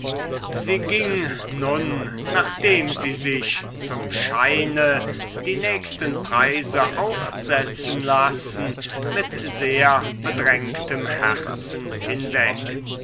sie ging nun nachdem sie sich zum scheine die nächsten preise aufsetzen lassen mit sehr bedrängtem herzen hinweg